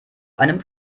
einem